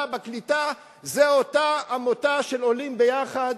בקליטה זו אותה עמותה של "עולים ביחד",